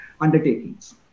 undertakings